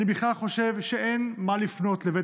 אני בכלל חושב שאין מה לפנות לבית